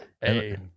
Hey